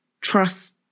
trust